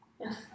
Yes